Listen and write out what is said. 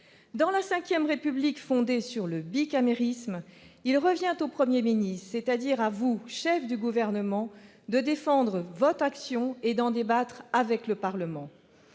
Dans la V République fondée sur le bicamérisme, il revient au Premier ministre, c'est-à-dire au chef du Gouvernement, de défendre son action et d'en débattre avec le Parlement.